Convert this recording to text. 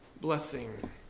blessing